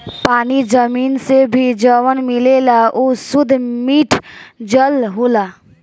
पानी जमीन से भी जवन मिलेला उ सुद्ध मिठ जल होला